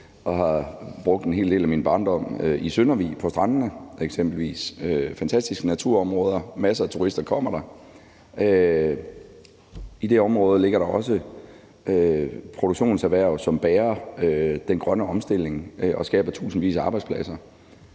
brugt en hel del af min barndom på strandene i Søndervig. Det er fantastiske naturområder, og masser af turister kommer der. I det område ligger der også produktionserhverv, som bærer den grønne omstilling og skaber tusindvis af arbejdspladser.